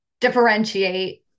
differentiate